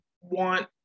want